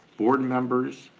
board members